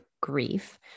grief